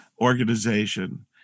organization